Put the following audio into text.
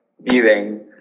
viewing